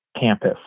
campus